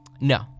No